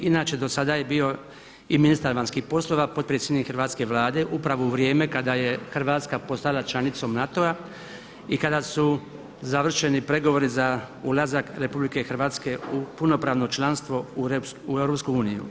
Inače do sada je bio i ministar vanjskih poslova, potpredsjednik hrvatske Vlade upravo u vrijeme kada je Hrvatska postala članicom NATO-a i kada su završeni pregovori za ulazak RH u punopravno članstvo EU.